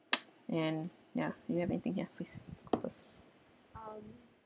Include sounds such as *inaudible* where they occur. *noise* and ya you have anything here please